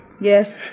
Yes